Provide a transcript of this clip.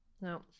no